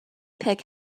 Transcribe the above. pick